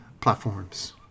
platforms